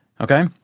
Okay